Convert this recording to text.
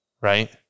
Right